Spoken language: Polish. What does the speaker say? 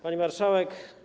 Pani Marszałek!